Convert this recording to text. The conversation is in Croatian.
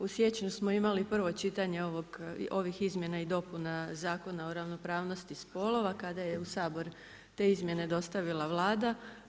U siječnju smo imali prvo čitanje ovih izmjena i dopuna Zakona o ravnopravnosti spolova kada je u Sabor te izmjene dostavila Vlada.